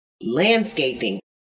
landscaping